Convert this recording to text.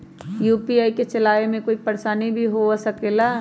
UPI के चलावे मे कोई परेशानी भी हो सकेला?